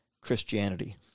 Christianity